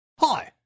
Hi